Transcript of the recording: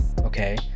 okay